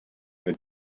were